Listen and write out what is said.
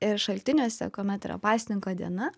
ir šaltiniuose kuomet yra pasninko diena